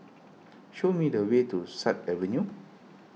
show me the way to Sut Avenue